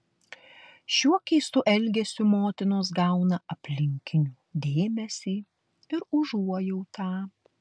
šiuo keistu elgesiu motinos gauna aplinkinių dėmesį ir užuojautą